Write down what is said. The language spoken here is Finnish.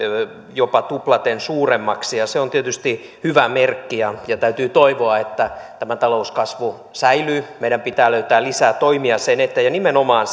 jopa tuplaten suuremmaksi se on tietysti hyvä merkki ja ja täytyy toivoa että tämä talouskasvu säilyy meidän pitää löytää lisää toimia sen eteen ja nimenomaan